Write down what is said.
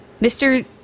Mr